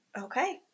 Okay